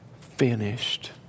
finished